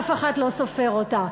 אף אחד לא סופר אותה.